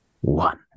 One